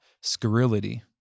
scurrility